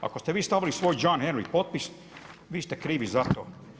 Ako ste vi stavili svoj … potpis vi ste krivi za to.